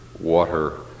water